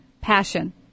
passion